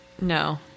No